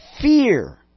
fear